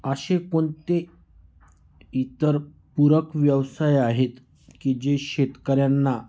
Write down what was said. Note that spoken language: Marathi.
असे कोणते इतर पूरक व्यवसाय आहेत की जे शेतकऱ्यांना